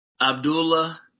Abdullah